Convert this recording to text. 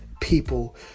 people